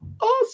awesome